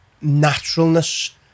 naturalness